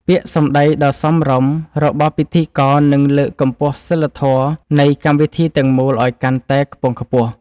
ពាក្យសម្ដីដ៏សមរម្យរបស់ពិធីករនឹងលើកកម្ពស់សីលធម៌នៃកម្មវិធីទាំងមូលឱ្យកាន់តែខ្ពង់ខ្ពស់។